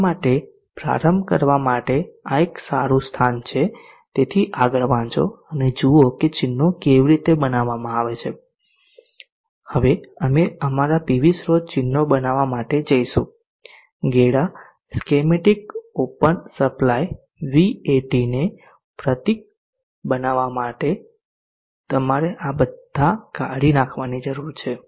તમારા માટે પ્રારંભ કરવા માટે આ એક સારું સ્થાન છે તેથી આગળ વાંચો અને જુઓ કે ચિહ્નો કેવી રીતે બનાવવામાં આવે છે હવે અમે અમારા પીવી સ્ત્રોત ચિહ્નો બનાવવા માટે જઈશું gEDA schematic open supply Vat અને પ્રતીક બનાવટ માટે તમારે આ બધા કાઢી નાખવાની જરૂર છે